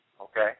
okay